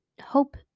hope